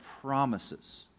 promises